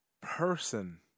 person